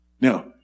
Now